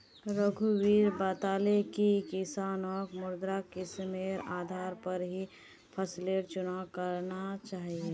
रघुवीर बताले कि किसानक मृदा किस्मेर आधार पर ही फसलेर चुनाव करना चाहिए